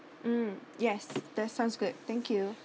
mm yes that sounds good thank you alright thank you bye bye